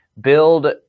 build